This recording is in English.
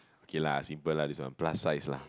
K lah simple lah this one plus size lah